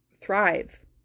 thrive